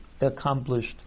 accomplished